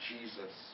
Jesus